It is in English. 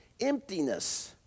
emptiness